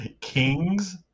Kings